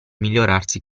migliorarsi